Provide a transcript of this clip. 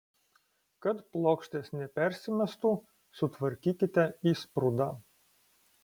kad plokštės nepersimestų sutvarkykite įsprūdą